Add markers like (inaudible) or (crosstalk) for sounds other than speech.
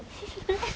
(laughs)